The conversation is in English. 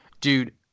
Dude